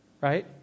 right